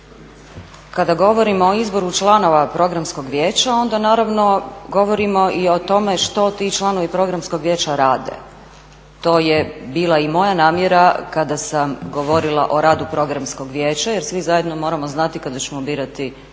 Kada govorimo o izboru članova Programskog vijeća, onda naravno govorimo i o tome što ti članovi Programskog vijeća rade. To je bila i moja namjera kada sam govorila o radu Programskog vijeća jer svi zajedno moramo znati kada ćemo birati tu